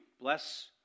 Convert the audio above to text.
Bless